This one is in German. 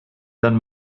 wenn